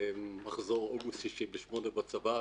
מחזור אוגוסט 68 בצבא,